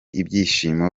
ibyishimo